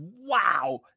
wow